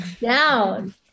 down